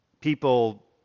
people